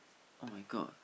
[oh]-my-god